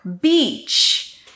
beach